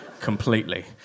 completely